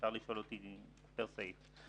אפשר לשאול אותי פר סעיף.